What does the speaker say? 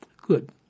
Good